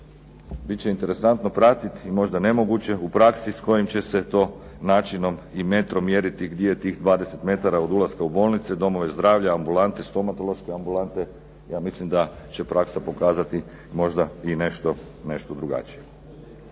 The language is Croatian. Bit će interesantno pratiti i možda nemoguće u praksi s kojim će se to načinom i metrom mjeriti gdje je tih 20 m od ulaska u bolnice, domove zdravlja, ambulante, stomatološke ambulante. Ja mislim da će praksa pokazati možda i nešto drugačije.